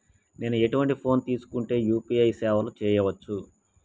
నేను ఎటువంటి ఫోన్ తీసుకుంటే యూ.పీ.ఐ సేవలు చేయవచ్చు?